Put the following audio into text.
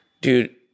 dude